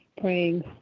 Praying